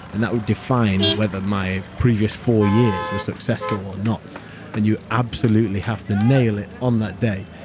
and that would define whether my previous four years were successful or not and you absolutely have to nail it on that day.